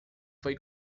foi